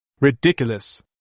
Ridiculous